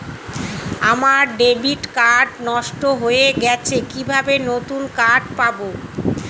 আমার debit card টা নষ্ট হয়ে গেছে কিভাবে নতুন কার্ড পাব?